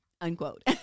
unquote